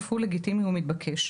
אף היא לגיטימית ומתבקשת.